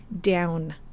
down